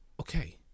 Okay